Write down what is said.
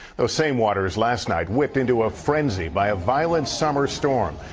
the same waters last night whipped into a frenzy by a violent summer storm.